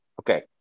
Okay